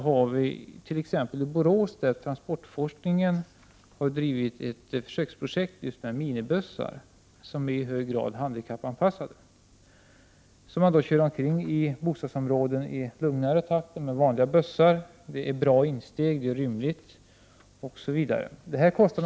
Där har transportforskningen drivit försöksprojekt beträffande i hög grad handikappanpassade minibussar. Med minibussarna kan man köra omkring i bostadsområdena i lugnare takt än vad vanliga bussar gör. Bussarna har ett bra insteg, och de är rymliga.